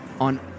on